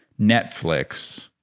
Netflix